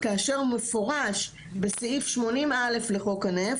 כאשר מפורט בסעיף (80) (א) לחוק הנפט,